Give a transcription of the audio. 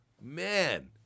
Man